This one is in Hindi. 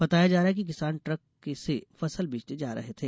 बताया जा रहा है कि किसान ट्रक से फसल बेचने जा रहे थे